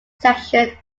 section